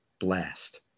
Blast